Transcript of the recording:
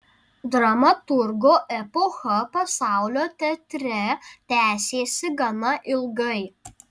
dramaturgo epocha pasaulio teatre tęsėsi gana ilgai